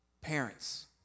Parents